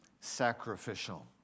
sacrificial